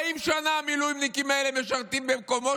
40 שנה המילואימניקים האלה משרתים במקומות